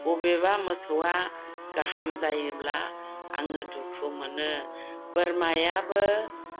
बबेबा मोसौआ गाहाम जायोब्ला आङो दुखु मोनो बोरमायाबो